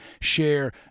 share